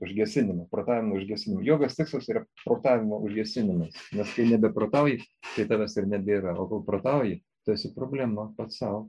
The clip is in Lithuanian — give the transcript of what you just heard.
užgesinimu protavimo užgesinimu jogos tikslas yra protavimo užgesinimas nes kai nebeprotauji tai tavęs ir nebėra o kai protauji tu esi problema pats sau